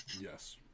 Yes